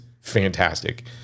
fantastic